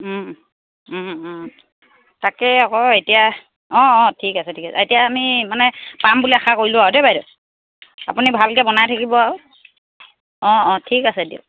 তাকেই আকৌ এতিয়া অঁ অঁ ঠিক আছে ঠিক আছে এতিয়া আমি মানে পাম বুলি আশা কৰিলোঁ আৰু দেই বাইদেউ আপুনি ভালকৈ বনাই থাকিব আৰু অঁ অঁ ঠিক আছে দিয়ক